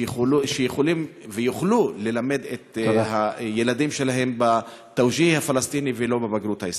שיוכלו ללמד את הילדים שלהם בתאוג'יה הפלסטיני ולא בבגרות הישראלית.